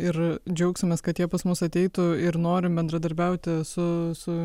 ir džiaugsimės kad jie pas mus ateitų ir norim bendradarbiauti su su